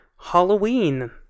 Halloween